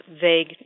vague